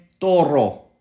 Toro